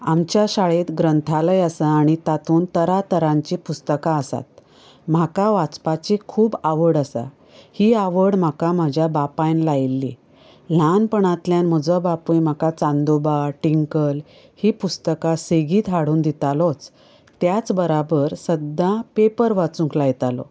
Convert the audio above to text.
आमच्या शाळेंत ग्रंथालय आसा आनी तातूंत तरां तरांची पुस्तकां आसात म्हाका वाचपाची खूब आवड आसा ही आवड म्हाका म्हाज्या बापायन लायिल्ली ल्हानपणांतल्यान म्हजो बापूय म्हाका चांदोबा टिंकल ही पुस्तकां सेगीत हाडून दितालोच त्याच बराबर सद्दां पेपर वाचूंक लायतालो